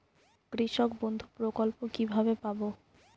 কৃষকবন্ধু প্রকল্প কিভাবে পাব?